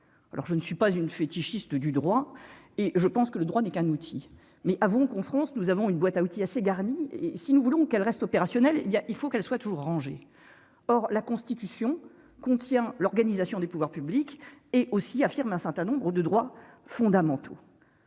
alors je ne suis pas une fétichiste du droit et je pense que le droit n'est qu'un outil, mais avons France nous avons une boîte à outils assez garni et si nous voulons qu'elle reste opérationnelle et il y a, il faut qu'elle soit toujours ranger, or la Constitution contient l'organisation des pouvoirs publics et aussi, affirme un certain nombre de droits fondamentaux,